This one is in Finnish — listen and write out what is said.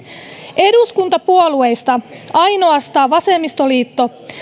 eduskuntapuolueista ainoastaan vasemmistoliitto